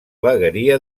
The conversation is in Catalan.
vegueria